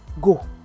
go